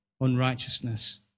unrighteousness